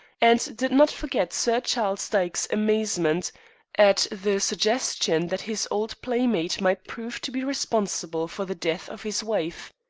and did not forget sir charles dyke's amazement at the suggestion that his old playmate might prove to be responsible for the death of his wife.